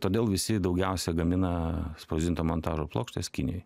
todėl visi daugiausia gamina spausdinto montažo plokštes kinijoj